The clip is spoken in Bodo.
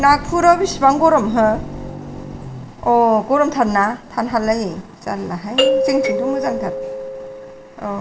नागपुराव बिसिबां गरम हो गरमथारना थानो हालायलायै जार्लाहाय जोंनिथिंथ' मोजांथार